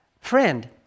Friend